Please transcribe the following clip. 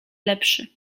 lepszy